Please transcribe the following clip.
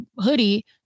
hoodie